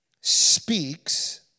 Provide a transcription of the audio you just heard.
speaks